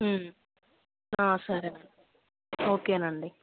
సరేనండి ఓకేనండి